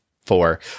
four